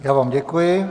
Já vám děkuji.